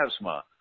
asthma